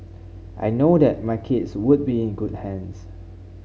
I know that my kids would be in good hands